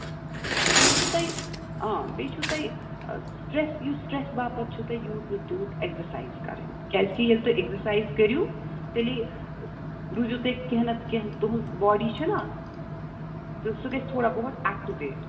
بیٚیہِ چھُ تۄہہِ بیٚیہِ چھُو توہہِ سِٹرس یُس سٹرس باپَتھ چھُو تۄہہِ یوٗت وٕ تیوٗت ایٚکزرسایز کَرٕنۍ کیازِ کہِ ییٚلہِ تُہۍ ایٚکزرسایز کٔرو تیٚلے روٗزو تُہۍ کیٚنٛہہ نہ تہٕ کیٚنٛہہ تُہُنٛز باڈی چھےٚ نہ سُہ گژھِ تھوڑا بہت ایٚکٹِویٹ